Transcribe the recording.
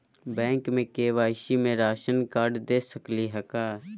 Bank में KYC में ration card दे सकली हई का?